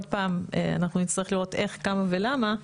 אנחנו נצטרך לראות איך, כמה ולמה,